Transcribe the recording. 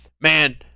man